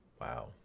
Wow